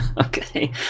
okay